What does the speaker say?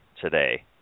today